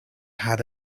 had